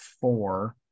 four